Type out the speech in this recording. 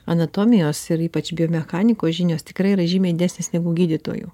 anatomijos ir ypač biomechanikos žinios tikrai yra žymiai didesnės negu gydytojų